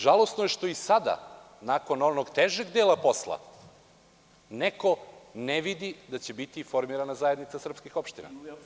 Žalosno je što i sada, nakon onog težeg dela posla, neko ne vidi da će biti formirana zajednica srpskih opština.